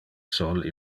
sol